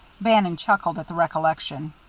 bannon chuckled at the recollection.